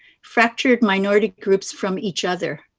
fractured minority groups from each other.